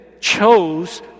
chose